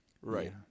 right